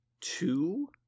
two